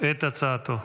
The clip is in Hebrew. את הצעתו.